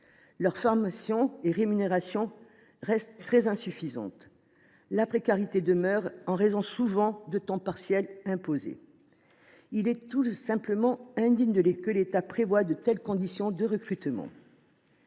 Leur formation et leur rémunération restent très insuffisantes ; la précarité demeure la norme en raison de temps partiels souvent imposés. Il est tout simplement indigne que l’État prévoie de telles conditions de recrutement.